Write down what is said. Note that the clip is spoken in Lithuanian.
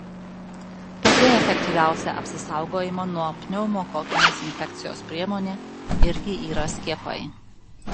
pati efektyviausia apsisaugojimo nuo pneumokokinės infekcijos priemonė irgi yra skiepai